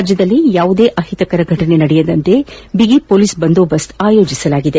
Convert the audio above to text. ರಾಜ್ಯದಲ್ಲಿ ಯಾವುದೇ ಅಹಿತಕರ ಫಟನೆ ನಡೆಯದಂತೆ ಬಿಗಿ ಪೊಲೀಸ್ ಬಂದೋಬಸ್ತ್ ಆಯೋಜಿಸಲಾಗಿದೆ